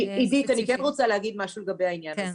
עידית, אני כן רוצה להגיד משהו לגבי העניין הזה.